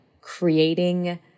creating